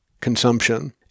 consumption